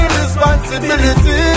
responsibility